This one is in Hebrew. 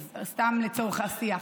סתם לצורך השיח.